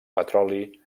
petroli